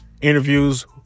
interviews